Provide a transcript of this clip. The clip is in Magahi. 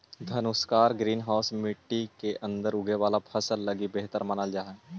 धनुषाकार ग्रीन हाउस मट्टी के अंदर उगे वाला फसल लगी बेहतर मानल जा हइ